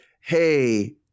hey